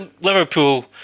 Liverpool